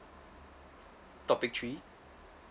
topic three